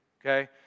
okay